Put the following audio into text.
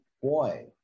Boy